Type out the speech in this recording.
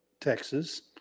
Texas